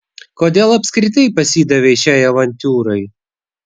kodėl apskritai pasidavei šiai avantiūrai